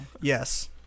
Yes